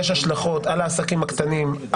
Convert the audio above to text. יש השלכות על העסקים הקטנים,